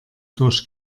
durch